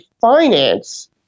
finance